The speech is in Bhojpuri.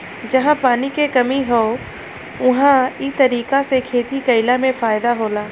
जहां पानी के कमी हौ उहां इ तरीका से खेती कइला में फायदा होला